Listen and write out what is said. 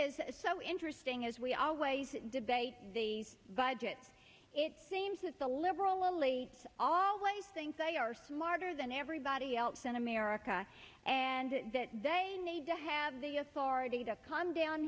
is so interesting as we always debate the budget it seems that the liberal elites always think they are smarter than everybody else in america and that they need to have the authority to come down